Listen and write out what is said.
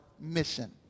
mission